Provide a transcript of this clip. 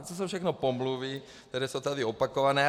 To jsou všechno pomluvy, které jsou tady opakované.